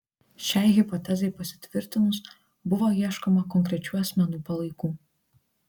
šiai hipotezei pasitvirtinus buvo ieškoma konkrečių asmenų palaikų